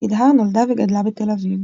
תדהר נולדה וגדלה בתל אביב.